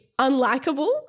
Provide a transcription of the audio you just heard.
unlikable